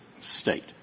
state